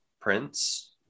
prince